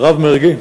הרב מרגי,